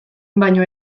baino